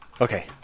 Okay